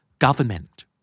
Government